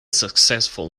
successful